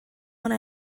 one